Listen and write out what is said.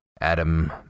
Adam